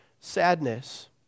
sadness